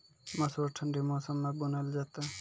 मसूर ठंडी मौसम मे बूनल जेतै?